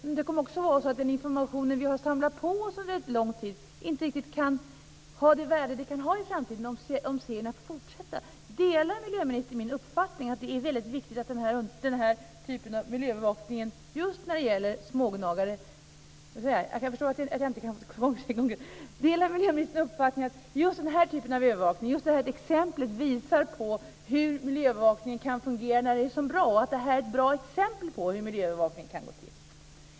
Men det kommer också att vara så att den information vi har samlat på oss under lång tid inte riktigt får det värde den kan ha i framtiden om serierna får fortsätta. Delar miljöministern uppfattningen att just det här exemplet visar på hur miljöövervakning kan fungera när den är bra och att det här är ett bra exempel på hur miljöövervakning kan gå till?